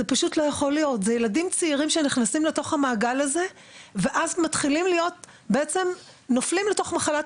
אלו ילדים צעירים שנכנסים לתוך המעגל הזה ואז מתחילים ליפול לתוך מחלת